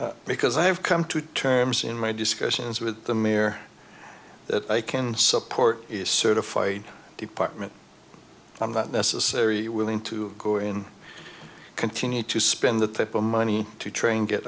sir because i have come to terms in my discussions with the mayor that i can support is certified department on the necessary willing to go in continue to spend the type of money to train get